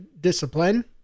discipline